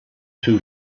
too